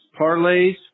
parlays